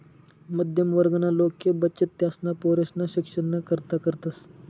मध्यम वर्गना लोके बचत त्यासना पोरेसना शिक्षणना करता करतस